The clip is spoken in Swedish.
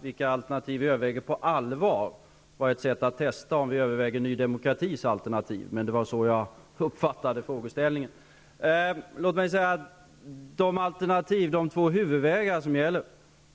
vilka alternativ vi på allvar överväger, var ett sätt att testa om vi överväger Ny demokratis alternativ. Det var så jag uppfattade frågeställningen. Låt mig säga att de två huvudvägar som gäller